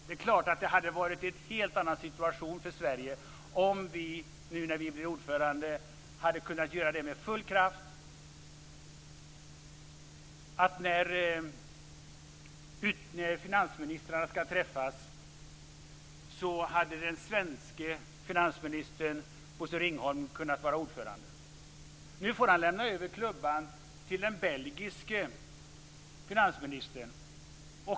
Det är klart att det hade varit en helt annan situation för Sverige om vi nu när vi blir ordförande hade kunnat göra det med full kraft, så att när finansministrarna ska träffas hade den svenske finansministern Bosse Ringholm kunnat vara ordförande. Nu får han lämna över klubban till den belgiske finansministern.